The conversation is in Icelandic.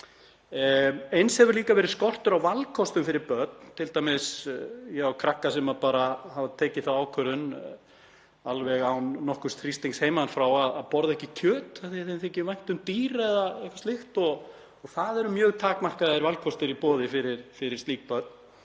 Eins hefur verið skortur á valkostum fyrir börn. Ég á t.d. krakka sem hafa tekið þá ákvörðun, alveg án nokkurs þrýstings heiman frá, að borða ekki kjöt af því að þeim þykir vænt um dýr eða eitthvað slíkt og það eru mjög takmarkaðir valkostir í boði fyrir slík börn,